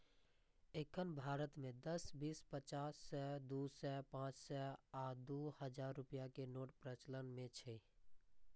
एखन भारत मे दस, बीस, पचास, सय, दू सय, पांच सय आ दू हजार रुपैया के नोट प्रचलन मे छै